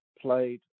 played